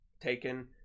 taken